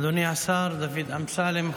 אדוני השר דוד אמסלם,